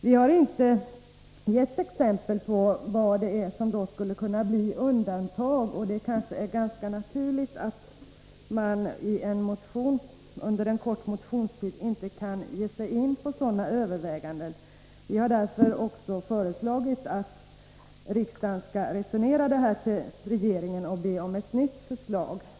Vi har inte gett exempel på sådana undantag. Under en kort motionstid hinner man naturligt nog inte ge sig in på sådana överväganden. Därför har vi föreslagit att riksdagen skall returnera den här frågan till regeringen och be om ett nytt förslag.